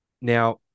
Now